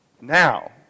now